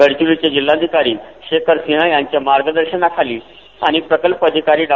गडचिरोलीचे जिल्हाधिकारी शेखर सिंह यांच्या मार्गदर्शनाखाली आणि प्रकल्प अधिकारी डॉ